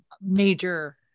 major